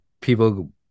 people